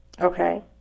Okay